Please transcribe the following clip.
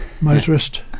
motorist